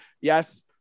Yes